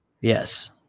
Yes